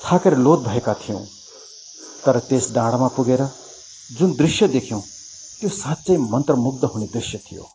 थाकेर लोत भएका थियौँ तर त्यस डाँडामा पुगेर जुन दृश्य देख्यौँ त्यो साँच्चै मन्त्रमुग्ध हुने दृश्य थियो